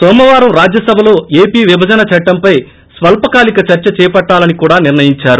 నోమవారం రాజ్యసభలో ఏపీ విభజన చట్టంపై స్వల్పకాలిక చర్చ చేపట్టాలని కూడా నిర్లయించారు